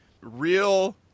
real